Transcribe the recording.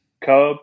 Cub